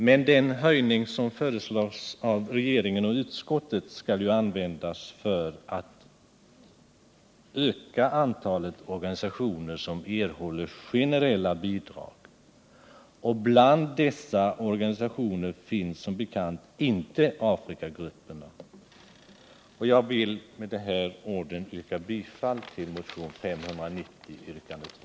Men den höjning som föreslås av regeringen och utskottet skall användas för att öka antalet organisationer som erhåller generella bidrag — och bland dessa finns som bekant inte Afrikagrupperna. Jag vill med de här orden yrka bifall till motionen 590, yrkandet 2.